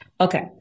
Okay